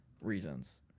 reasons